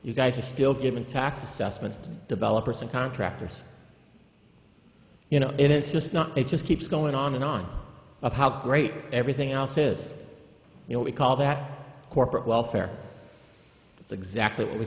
you guys are still giving tax assessments to developers and contractors you know in it's just not it just keeps going on and on about how great everything else is you know we call that corporate welfare that's exactly what we